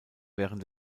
während